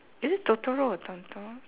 is it totoro or